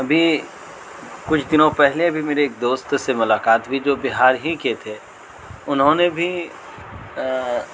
ابھی کچھ دنوں پہلے بھی میرے ایک دوست سے ملاقات ہوئی جو بہار ہی کے تھے انہوں نے بھی